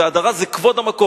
ו"הדרה" זה כבוד המקום.